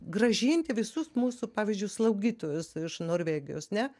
grąžinti visus mūsų pavyzdžiui slaugytojus iš norvegijos ne